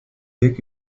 weg